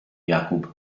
jakub